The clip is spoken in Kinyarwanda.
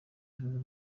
ijoro